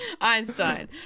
Einstein